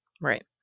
right